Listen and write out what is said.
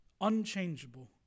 unchangeable